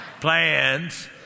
plans